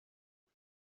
این